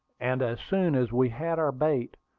and as soon as we had our bait,